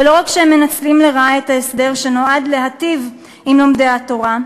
ולא רק שהם מנצלים לרעה את ההסדר שנועד להיטיב עם לומדי התורה,